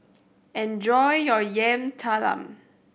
enjoy your Yam Talam